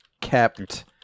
kept